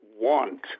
want